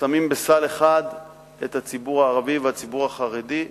שמים בסל אחד את הציבור הערבי והציבור החרדי.